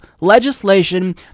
legislation